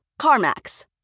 CarMax